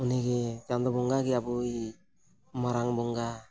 ᱩᱱᱤ ᱜᱮ ᱪᱟᱸᱫᱚ ᱵᱚᱸᱜᱟ ᱜᱮ ᱟᱵᱚᱭ ᱢᱟᱨᱟᱝ ᱵᱚᱸᱜᱟ